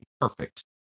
perfect